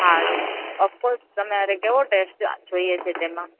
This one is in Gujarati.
હા ઓફ કોર્સ તમારે કેવો ટેસ્ટ જોઈએ છે તેમાં